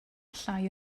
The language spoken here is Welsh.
llai